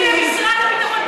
תפני למשרד הביטחון.